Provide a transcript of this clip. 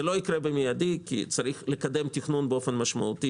זה לא יקרה מיידית כי צריך לקדם תכנון באופן משמעותי,